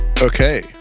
Okay